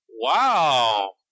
Wow